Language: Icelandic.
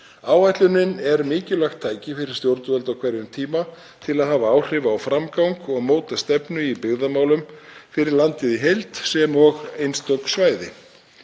Áætlunin er mikilvægt tæki fyrir stjórnvöld á hverjum tíma til að hafa áhrif á framgang og móta stefnu í byggðamálum fyrir landið í heild sem og einstök svæði.